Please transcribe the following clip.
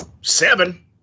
Seven